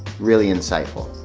really insightful.